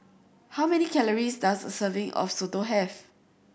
how many calories does a serving of Soto have